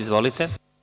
Izvolite.